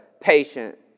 patient